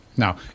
Now